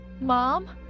Mom